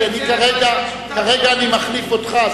כי אני כרגע מחליף אותך,